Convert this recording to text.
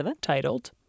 titled